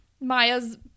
Maya's